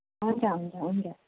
हुन्छ हुन्छ हुन्छ